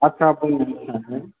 आदसा